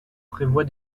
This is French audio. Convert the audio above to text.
prévoit